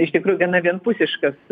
iš tikrųjų gana vienpusiškas